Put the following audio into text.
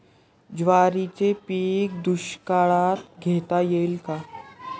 ज्वारीचे पीक दुष्काळात घेता येईल का?